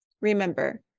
Remember